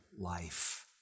life